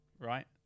Right